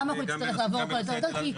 למה נצטרך לעבור על כל היתר והיתר?